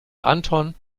anton